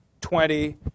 twenty